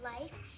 life